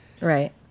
Right